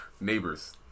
neighbors